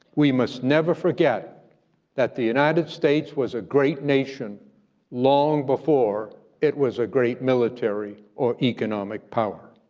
we must never forget that the united states was a great nation long before it was a great military or economic power.